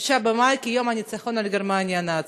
9 במאי, כיום הניצחון על גרמניה הנאצית.